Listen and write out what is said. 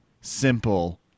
simple